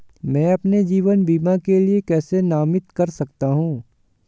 मैं अपने जीवन बीमा के लिए किसे नामित कर सकता हूं?